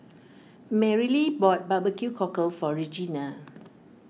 Marylee bought Barbecue Cockle for Regena